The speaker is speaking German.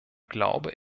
glaube